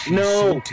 no